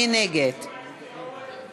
מי